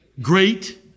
Great